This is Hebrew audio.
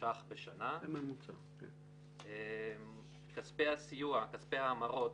ש"ח בשנה; כספי הסיוע, כספי ההמרות,